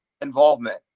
involvement